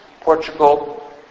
Portugal